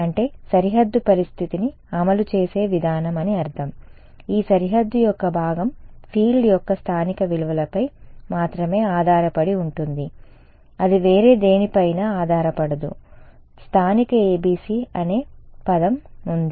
అంటే సరిహద్దు పరిస్థితిని అమలు చేసే విధానం అని అర్థం ఈ సరిహద్దు యొక్క భాగం ఫీల్డ్ యొక్క స్థానిక విలువలపై మాత్రమే ఆధారపడి ఉంటుంది అది వేరే దేనిపైనా ఆధారపడదు సరే స్థానిక ABC అనే పదం ఉంది